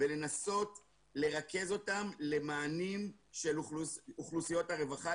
ולנסות לרכז אותם למענים של אוכלוסיות הרווחה.